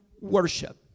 worship